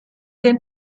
den